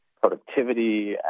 productivity